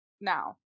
now